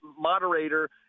moderator